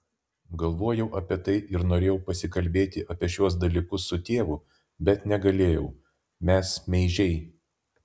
galvojau apie tai ir norėjau pasikalbėti apie šiuos dalykus su tėvu bet negalėjau mes meižiai